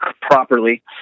properly